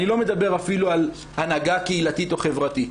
אני לא מדבר אפילו על הנהגה קהילתית או חברתית.